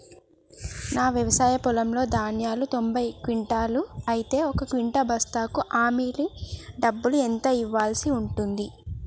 నా వ్యవసాయ పొలంలో ధాన్యాలు తొంభై క్వింటాలు అయితే ఒక క్వింటా బస్తాకు హమాలీ డబ్బులు ఎంత ఇయ్యాల్సి ఉంటది?